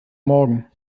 morgen